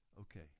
Okay